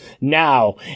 Now